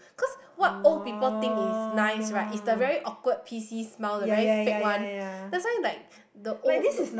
cause what old people think is nice right it's the very awkward P_C smile the very fake one that's why like the old the